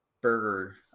burger